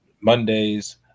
Mondays